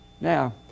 Now